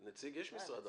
יש נציג ממשרד החוץ.